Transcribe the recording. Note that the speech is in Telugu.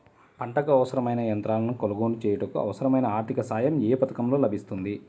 పంటకు అవసరమైన యంత్రాలను కొనగోలు చేయుటకు, అవసరమైన ఆర్థిక సాయం యే పథకంలో లభిస్తుంది?